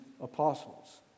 apostles